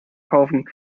kaufen